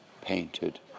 painted